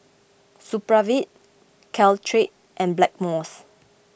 Supravit Caltrate and Blackmores